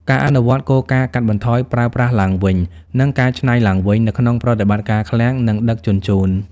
ការអនុវត្តគោលការណ៍កាត់បន្ថយ ប្រើប្រាស់ឡើងវិញ និងកែច្នៃឡើងវិញ នៅក្នុងប្រតិបត្តិការឃ្លាំង និងដឹកជញ្ជូន។